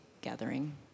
gathering